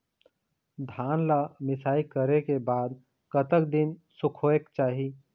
धान ला मिसाई करे के बाद कतक दिन सुखायेक चाही?